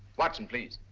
watson, please.